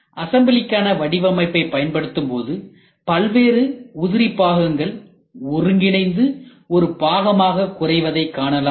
அசம்பிளிக்கான வடிவமைப்பை பயன்படுத்தும்போது பல்வேறு உதிரிபாகங்கள் ஒருங்கிணைந்து ஒரு பாகமாக குறைவதை காணலாம்